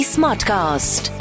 Smartcast